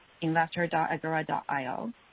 investor.agora.io